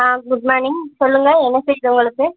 ஆ good morning சொல்லுங்க என்ன செய்யுது உங்களுக்கு